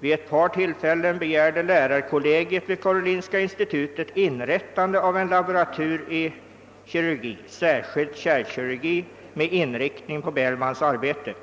Vid ett par tillfällen begärde lärarkollegiet vid Karolinska institutet inrättande av en laboratur i kirurgi, särskilt kärlkirurgi, med inriktning på Bellmans arbete.